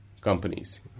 companies